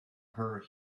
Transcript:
her